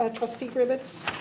ah trustee agreements.